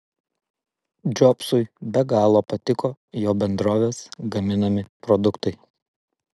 džobsui be galo patiko jo bendrovės gaminami produktai